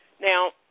Now